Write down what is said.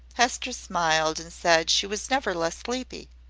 hester smiled, and said she was never less sleepy.